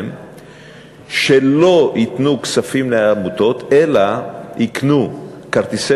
שלא ייתנו כספים לעמותות אלא יקנו כרטיסי